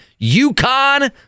UConn